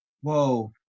Whoa